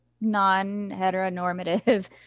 non-heteronormative